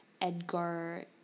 Edgar